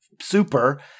super